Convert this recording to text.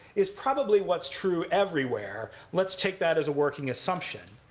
is probably what's true everywhere. let's take that as a working assumption.